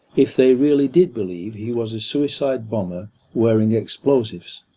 if they really did believe he was a suicide-bomber wearing explosives.